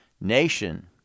nation